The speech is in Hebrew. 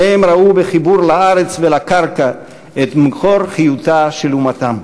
שניהם ראו בחיבור לארץ ולקרקע את מקור חיותה של אומתם.